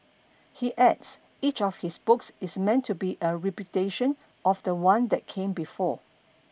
he adds each of his books is meant to be a repudiation of the one that came before